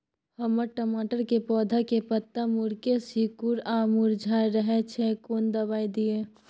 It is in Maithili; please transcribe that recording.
हमर टमाटर के पौधा के पत्ता मुड़के सिकुर आर मुरझाय रहै छै, कोन दबाय दिये?